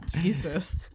Jesus